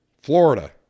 Florida